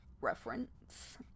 reference